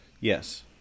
Yes